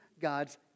God's